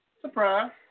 Surprise